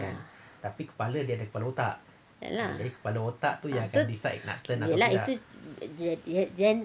ya lah ya lah so ya lah itu then then then